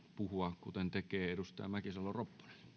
puhua kuten tekee edustaja mäkisalo ropponen